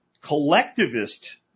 collectivist